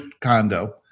condo